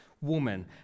woman